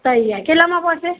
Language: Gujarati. તૈયાર કેટલામાં પડશે